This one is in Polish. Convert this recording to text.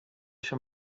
się